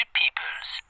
peoples